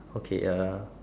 okay uh